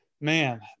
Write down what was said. man